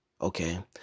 Okay